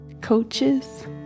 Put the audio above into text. coaches